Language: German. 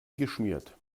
geschmiert